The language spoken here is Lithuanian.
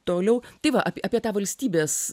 toliau tai va a apie tą valstybės